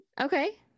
Okay